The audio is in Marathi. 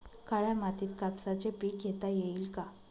काळ्या मातीत कापसाचे पीक घेता येईल का?